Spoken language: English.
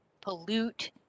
pollute